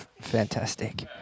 fantastic